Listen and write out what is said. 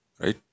Right